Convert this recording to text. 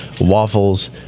waffles